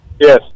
Yes